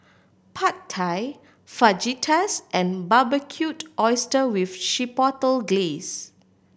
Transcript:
Pad Thai Fajitas and Barbecued Oyster with Chipotle Glaze